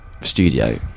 studio